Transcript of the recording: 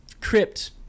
crypt